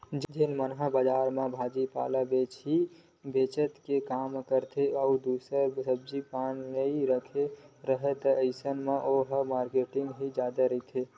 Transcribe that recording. जेन मन ह बजार म भाजी पाला ही बेंच के काम करथे अउ दूसर सब्जी पान नइ रखे राहय अइसन म ओहा मारकेटिंग ही जादा रहिथे